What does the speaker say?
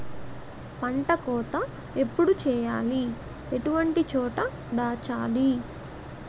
పంట కోత ఎప్పుడు చేయాలి? ఎటువంటి చోట దాచాలి?